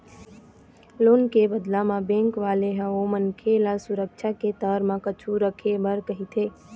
loan के बदला म बेंक वाले ह ओ मनखे ल सुरक्छा के तौर म कुछु रखे बर कहिथे